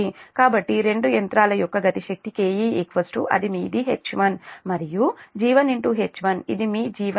కాబట్టి రెండు యంత్రాల యొక్క గతి శక్తి KE అది మీది H1 మరియు G1 H1 ఇది మీ G1 400 మరియు H14